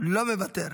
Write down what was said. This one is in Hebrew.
לא מוותר,